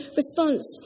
response